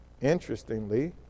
Interestingly